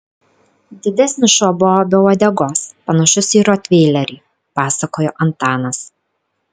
didesnis šuo buvo be uodegos panašus į rotveilerį pasakojo antanas